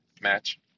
match